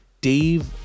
Dave